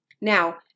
Now